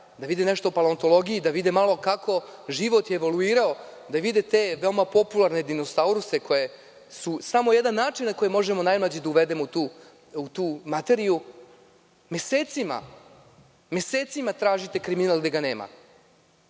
da vide nešto o paleontologiji, da vide malo kako je život evoluirao, da vide te veoma popularne dinosauruse, koji su samo jedan način na koji možemo najmlađe da uvedemo u tu materiju. Mesecima, mesecima tražite kriminal gde ga nema.